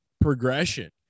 progression